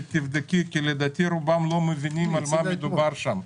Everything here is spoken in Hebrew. שתבדקי, כי לדעתי רובם לא מבינים על מה מדובר שם.